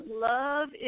Love